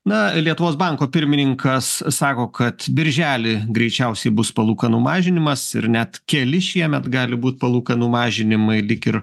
na lietuvos banko pirmininkas sako kad birželį greičiausiai bus palūkanų mažinimas ir net keli šiemet gali būt palūkanų mažinimai lyg ir